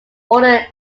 order